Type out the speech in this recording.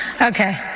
Okay